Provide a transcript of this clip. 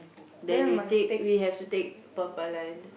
then we take we have to take purple line